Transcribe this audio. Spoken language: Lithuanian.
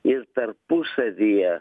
ir tarpusavyje